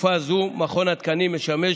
בתקופה זו מכון התקנים משמש